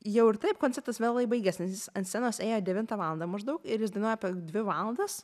jau ir taip koncertas vėlai baigės nes jis ant scenos ėjo devintą valandą maždaug ir jis dainuoja apie dvi valandas